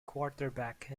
quarterback